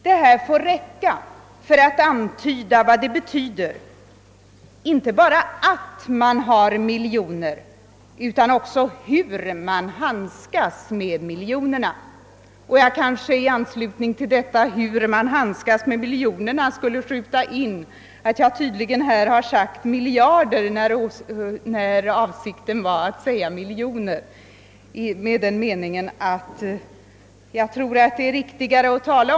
Det här får räcka för att antyda vad det betyder inte bara att man har. miljoner utan också hur man handskas med miljonerna.